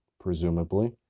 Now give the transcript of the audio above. presumably